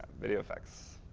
video effects.